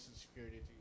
Security